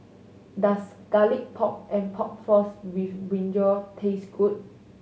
does Garlic Pork and Pork Floss with brinjal taste good